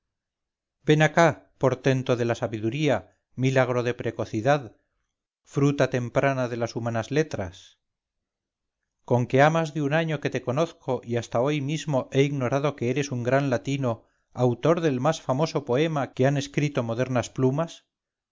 ven acá portento de la sabiduría milagro de precocidad fruta temprana de las humanas letras con que ha más de un año que te conozco y hasta hoy mismo he ignorado que eres un gran latino autor del más famoso poema que han escrito modernas plumas